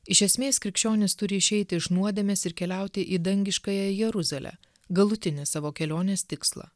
iš esmės krikščionys turi išeiti iš nuodėmės ir keliauti į dangiškąją jeruzalę galutinį savo kelionės tikslą